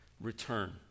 return